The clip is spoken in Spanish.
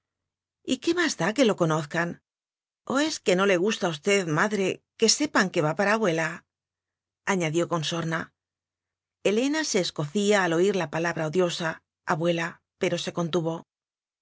qué más da que lo conozcan o es que no le gusta a usted madre que sepan que va para abuela añadió con sorna helena se escocía al oir la palabra odiosa abuela pero se contuvo